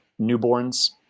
newborns